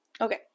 Okay